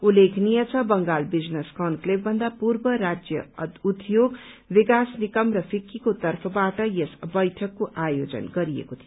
उल्लेखनीय छ बंगाल बिजनेस कन्क्लेपभन्दा पूर्व राज्य उद्योग विकास निगम र फिक्कीको तर्फबाट यस बैठकको आयोजन गरिएको थियो